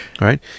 right